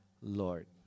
Lord